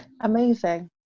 amazing